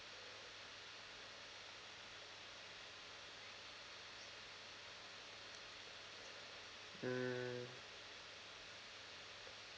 mm